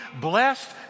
blessed